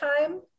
time